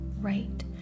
right